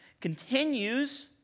continues